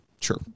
Sure